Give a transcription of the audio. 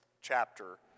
chapter